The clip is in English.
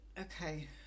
Okay